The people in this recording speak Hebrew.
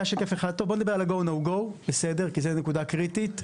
בואו נדבר על ה-GO /NO GO כי זו נקודה קריטית,